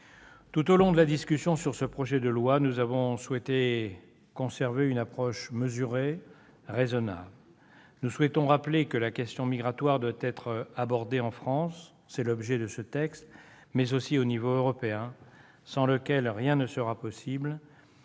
Tout au long de la discussion de ce projet de loi, nous avons souhaité conserver une approche mesurée, raisonnable. Nous voulons rappeler que la question migratoire doit être abordée en France, c'est l'objet de ce texte, mais aussi au niveau européen, sans lequel rien ne sera possible,